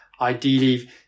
ideally